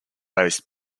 based